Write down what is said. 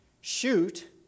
shoot